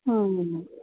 అవునమ్మ